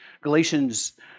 Galatians